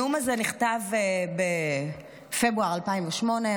הנאום הזה נכתב בפברואר 2008,